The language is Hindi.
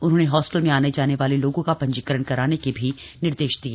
उन्होंने हॉस्टल में आने जाने वाले लोगों का पंजीकरण कराने के निर्देश भी दिये